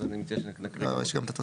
אז אני מציע שנקריא גם אותם.